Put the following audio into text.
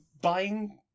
buying